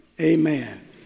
amen